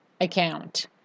account